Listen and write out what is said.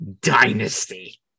Dynasty